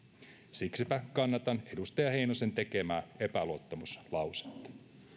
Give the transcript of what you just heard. siksipä kannatan edustaja heinosen tekemää epäluottamuslausetta